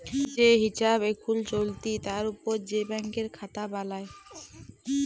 যে হিছাব এখুল চলতি তার উপর যে ব্যাংকের খাতা বালাই